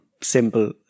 simple